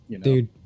dude